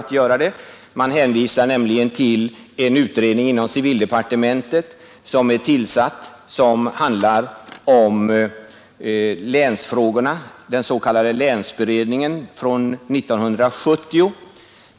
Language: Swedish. Utskottet hänvisar nämligen till en utredning som är tillsatt inom civildepartementet och som handlar om länstyrelserna, den s.k. länsberedningen från 1970.